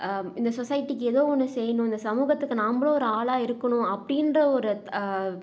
இந்த சொசைட்டிக்கு ஏதோ ஒன்று செய்யணும் இந்த சமூகத்துக்கு நாம்மளும் ஒரு ஆளாக இருக்கணும் அப்படின்ற ஒரு